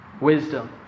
wisdom